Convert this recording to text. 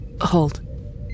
Hold